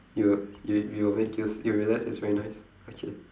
you will you w~ you will make you s~ you will realise it's very nice okay